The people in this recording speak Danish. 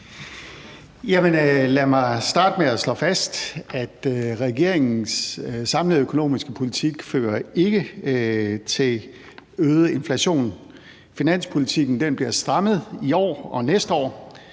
Lad mig starte med at slå fast, at regeringens samlede økonomiske politik ikke fører til øget inflation. Finanspolitikken bliver strammet i år og næste år,